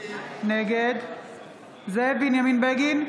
נגד זאב בנימין בגין,